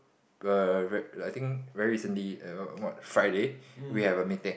err re~ I think very recently err what Friday we had a meeting